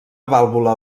vàlvula